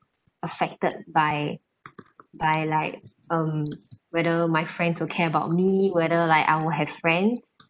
affected by by like um whether my friends will care about me whether like I will have friends